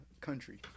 country